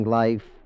life